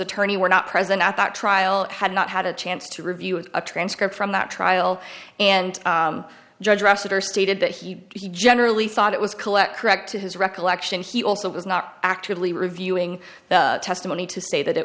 attorney were not present at that trial had not had a chance to review a transcript from that trial and judge rushed it or stated that he generally thought it was collect correct to his recollection he also was not actively reviewing the testimony to say that it